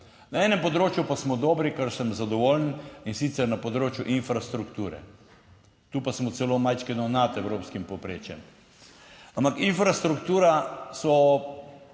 Na enem področju pa smo dobri kar sem zadovoljen, in sicer na področju infrastrukture - tu pa smo celo majčkeno nad evropskim povprečjem. Ampak infrastruktura so,